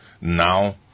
now